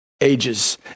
ages